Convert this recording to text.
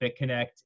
BitConnect